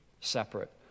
separate